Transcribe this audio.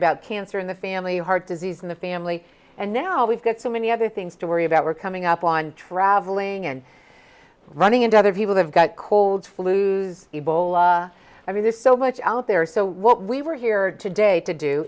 about cancer in the family heart disease in the family and now we've got so many other things to worry about we're coming up on traveling and running into other people have got cold flus ebola i mean there's so much out there so what we were here today to do